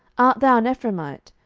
art thou an ephraimite?